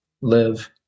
live